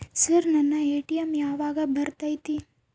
Sir ನನ್ನ ATM ಯಾವಾಗ ಬರತೈತಿ?